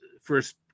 first